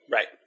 Right